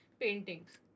paintings